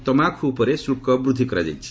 ତମାଖୁ ଉପରେ ଶୁଳ୍କ ବୃଦ୍ଧି କରାଯାଇଛି